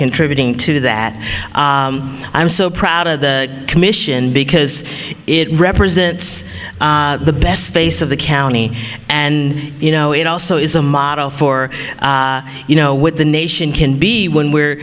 contributing to that i'm so proud of the commission because it represents the best face of the county and you know it also is a model for you know with the nation can be when we're